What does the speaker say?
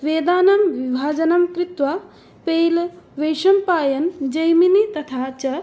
वेदानां विभजनं कृत्वा पैलः वैशम्पायनः जैमिनिः तथा च